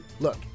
Look